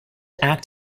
act